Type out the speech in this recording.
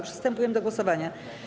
Przystępujemy do głosowania.